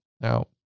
Now